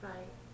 Right